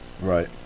Right